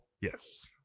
Yes